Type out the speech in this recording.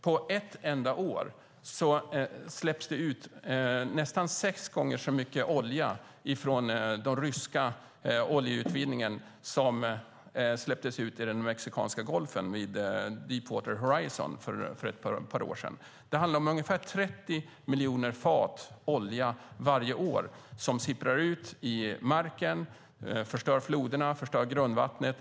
På ett enda år släpps det ut nästan sex gånger så mycket olja från den ryska oljeutvinningen som släpptes ut i Mexikanska golfen vid Deepwater Horizon för ett par år sedan. Det handlar om ungefär 30 miljoner fat olja varje år som sipprar ut i marken, förstör floderna och förstör grundvattnet.